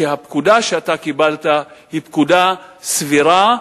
שהפקודה שאתה קיבלת היא פקודה סבירה,